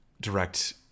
direct